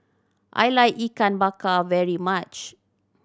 I like Ikan Bakar very much